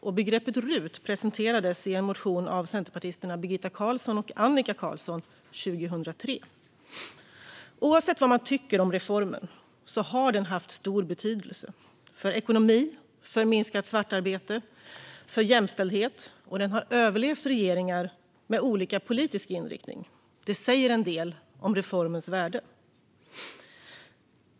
Och begreppet RUT presenterades i en motion av centerpartisterna Birgitta Carlsson och Annika Qarlsson 2003. Oavsett vad man tycker om reformen har den haft stor betydelse för ekonomi, för minskat svartarbete och för jämställdhet, och den har överlevt regeringar med olika politisk inriktning. Det säger en del om reformens värde.